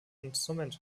instrument